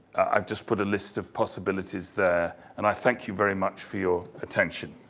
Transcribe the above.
i have just put a list of possibilities there, and i thank you very much for your attention.